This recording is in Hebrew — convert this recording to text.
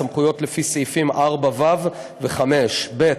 הסמכות לפי סעיפים 4(ו) ו-5, ב.